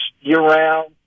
year-round